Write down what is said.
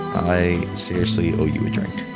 i seriously owe you a drink